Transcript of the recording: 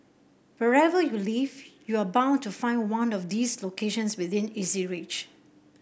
wherever you live you are bound to find one of these locations within easy reach